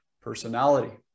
personality